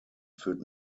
führt